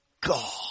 God